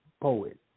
poet